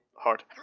Hard